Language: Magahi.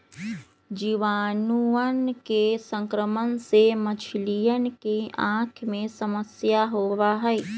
जीवाणुअन के संक्रमण से मछलियन के आँख में समस्या होबा हई